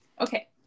Okay